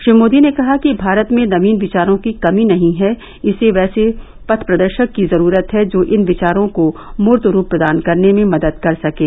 श्री मोदी ने कहा कि भारत में नवीन विचारों की कमी नहीं है इसे वैसे पथ प्रदर्शकों की जरूरत है जो इन विचारों को मुर्त रूप प्रदान करने में मदद कर सकें